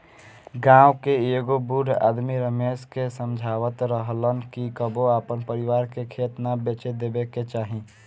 गांव के एगो बूढ़ आदमी रमेश के समझावत रहलन कि कबो आपन परिवार के खेत ना बेचे देबे के चाही